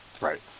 Right